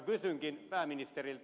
kysynkin pääministeriltä